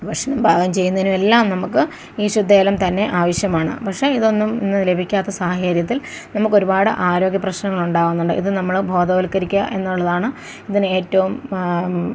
ഭക്ഷണം പാകം ചെയ്യുന്നതിനും എല്ലാം നമുക്ക് ഈ ശുദ്ധജലം തന്നെ ആവശ്യമാണ് പക്ഷേ ഇതൊന്നും ഇന്ന് ലഭിക്കാത്ത സാഹചര്യത്തിൽ നമുക്കൊരുപാട് ആരോഗ്യപ്രശ്നങ്ങളൊണ്ടാകുന്നുണ്ട് ഇത് നമ്മള് ബോധവൽക്കരിക്കുക എന്നുള്ളതാണ് ഇതിനേറ്റവും